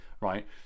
right